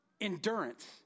endurance